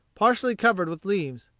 partially covered with leaves.